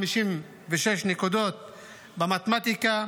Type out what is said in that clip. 56 נקודות במתמטיקה,